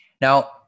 Now